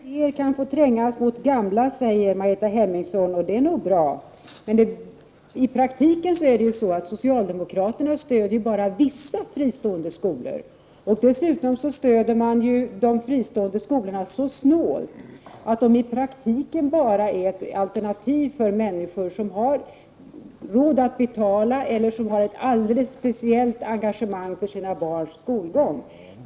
Herr talman! Margareta Hemmingsson sade att nya ideér kan få trängas med gamla. Det låter nog bra, men i praktiken är det ju så att socialdemokraterna bara stöder vissa fristående skolor. Dessutom stöder man de fristående skolorna så snålt att de i praktiken är ett alternativ bara för människor som har råd att betala eller som har ett alldeles speciellt engagemang för sina barns skolgång.